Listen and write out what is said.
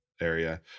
area